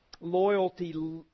loyalty